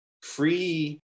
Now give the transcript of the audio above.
free